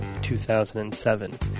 2007